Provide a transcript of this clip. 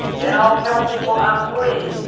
then i'll tell people i'm free.